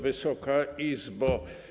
Wysoka Izbo!